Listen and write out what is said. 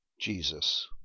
Jesus